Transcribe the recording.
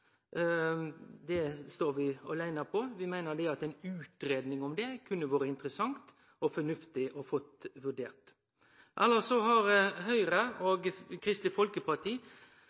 Det står vi aleine om. Vi meiner at ei utgreiing om det kunne ha vore interessant og fornuftig å få vurdert. Elles har Høgre og Kristeleg Folkeparti